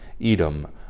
Edom